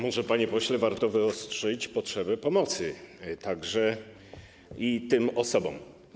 Może, panie pośle, warto wyostrzyć potrzebę pomocy także i tym osobom.